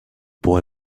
boy